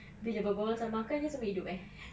livable boy sama makan sama hidup eh